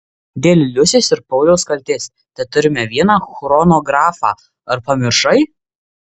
dėl liusės ir pauliaus kaltės teturime vieną chronografą ar pamiršai